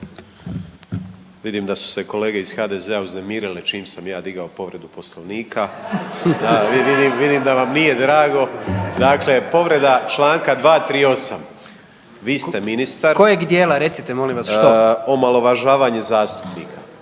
Vidim da su se kolege iz HDZ-a uznemirile čim sam ja podigao povredu Poslovnika. Vidim, vidim da vam nije drago. Dakle, povreda čl. 238. Vi ste ministar, .../Upadica: Kojeg dijela, recite, molim vas, što?/... Omalovažavanje zastupnika.